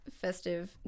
festive